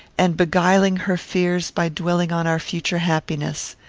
and beguiling her fears by dwelling on our future happiness.